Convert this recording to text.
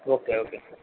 okay okay